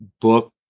book